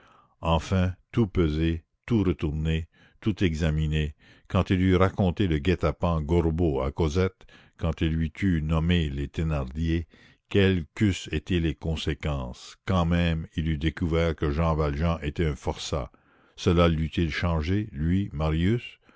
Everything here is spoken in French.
enfin tout pesé tout retourné tout examiné quand il eût raconté le guet-apens gorbeau à cosette quand il lui eût nommé les thénardier quelles qu'eussent été les conséquences quand même il eût découvert que jean valjean était un forçat cela l'eût-il changé lui marius